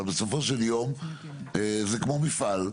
אבל בסופו של יום זה כמו מפעל,